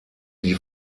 die